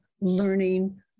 learning